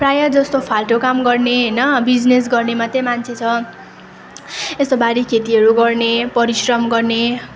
प्रायःजस्तो फाल्टो काम गर्ने होइन बिजिनेस गर्ने मात्रै मान्छे छ यस्तो बारीखेतीहरू गर्ने परिश्रम गर्ने